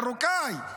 מרוקאי.